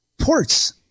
ports